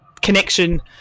connection